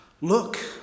Look